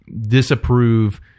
disapprove